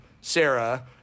Sarah